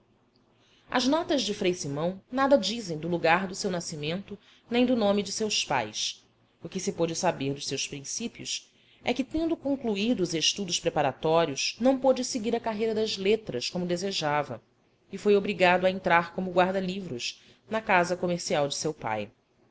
as notas de frei simão nada dizem do lugar do seu nascimento nem do nome de seus pais o que se pôde saber dos seus princípios é que tendo concluído os estudos preparatórios não pôde seguir a carreira das letras como desejava e foi obrigado a entrar como guarda-livros na casa comercial de seu pai